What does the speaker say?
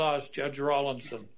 lost judge or all of them